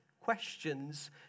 questions